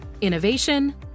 Innovation